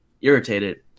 irritated